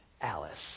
Alice